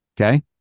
Okay